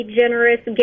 generous